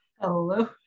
Hello